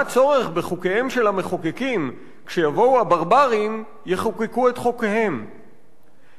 מה צורך בחוקיהם של המחוקקים?/ כשיבואו הברברים יחוקקו את חוקיהם.//